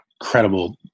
incredible